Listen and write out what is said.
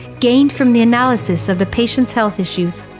gained from the analysis of the patient's health issues.